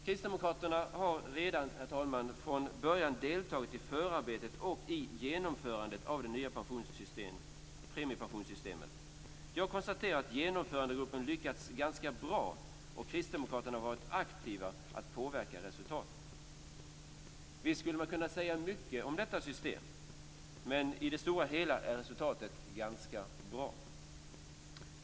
Kristdemokraterna har redan från början deltagit i förarbetet och i genomförandet av det nya premiepensionssystemet. Jag konstaterar att Genomförandegruppen har lyckats ganska bra. Kristdemokraterna har varit aktiva när det gällt att påverka resultatet. Visst skulle man kunna säga mycket om detta system men i det stora hela är resultatet ganska bra.